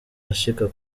ashika